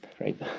right